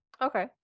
Okay